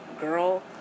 girl